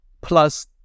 Plus